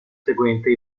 seguente